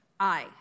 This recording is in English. Aye